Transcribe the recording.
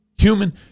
Human